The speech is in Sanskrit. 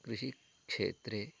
कृषिक्षेत्रे